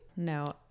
No